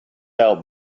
out